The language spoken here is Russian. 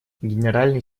генеральный